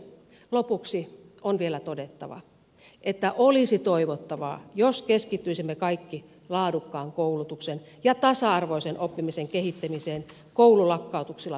lopuksi on vielä todettava että olisi toivottavaa jos keskittyisimme kaikki laadukkaan koulutuksen ja tasa arvoisen oppimisen kehittämiseen koululakkautuksilla pelottelun sijaan